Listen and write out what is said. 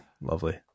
lovely